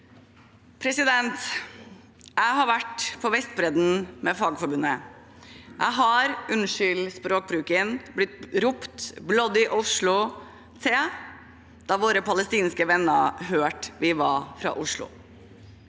Jeg har vært på Vest- bredden med Fagforbundet. Jeg har – unnskyld språkbruken – blitt ropt «bloody Oslo» til da våre palestinske venner hørte vi var fra Oslo.